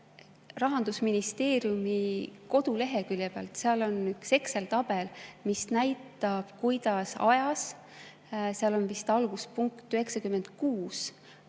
Rahandusministeeriumi kodulehekülje pealt üle, seal on üks Exceli tabel, mis näitab, kuidas ajas – seal on vist alguspunkt 1996